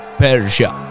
Persia